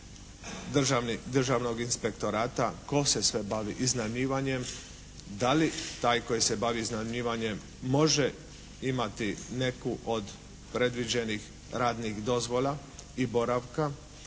Državnog inspektorata tko se sve bavi iznajmljivanjem? Da li taj koji se bavi iznajmljivanjem može imati neku od predviđenih radnih dozvola i boravka?